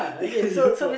year four